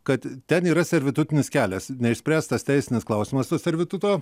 kad ten yra servitutinis kelias neišspręstas teisinis klausimas to servituto